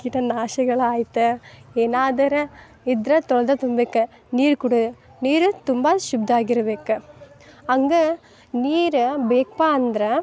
ಕೀಟನಾಶಗಳಾಯತ ಏನಾದರೆ ಇದ್ದರೆ ತೊಳ್ದು ತಿನ್ಬೇಕು ನೀರು ಕುಡಿ ನೀರು ತುಂಬ ಶುದ್ಧ ಆಗಿರ್ಬೇಕು ಹಂಗೆ ನೀರು ಬೇಕಪ್ಪ ಅಂದ್ರೆ